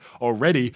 already